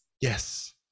Yes